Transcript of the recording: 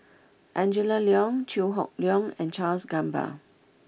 Angela Liong Chew Hock Leong and Charles Gamba